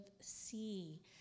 see